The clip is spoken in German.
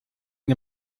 die